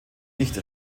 nicht